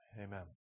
Amen